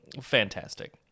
Fantastic